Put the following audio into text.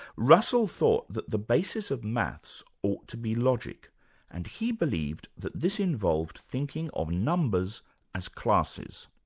russell thought that the basis of maths ought to be logic and he believed that this involved thinking of numbers as classes.